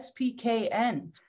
SPKN